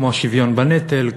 כמו השוויון בנטל,